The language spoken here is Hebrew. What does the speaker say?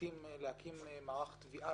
מערך תביעה